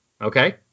Okay